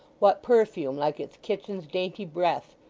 what perfume like its kitchen's dainty breath,